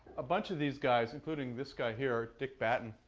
a bunch of these guys, including this guy here, dick batten,